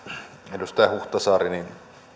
edustaja huhtasaari toivon että